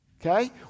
Okay